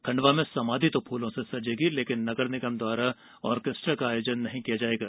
खंडवा में समाधि तो फूलों से सजेगी लेकिन नगर निगम द्वारा ऑर्केस्ट्रा का आयोजन नहीं किया जाएगा